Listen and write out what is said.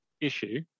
issue